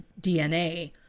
DNA